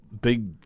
big